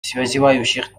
связывающих